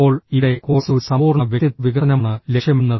ഇപ്പോൾ ഇവിടെ കോഴ്സ് ഒരു സമ്പൂർണ്ണ വ്യക്തിത്വ വികസനമാണ് ലക്ഷ്യമിടുന്നത്